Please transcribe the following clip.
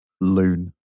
loon